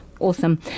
awesome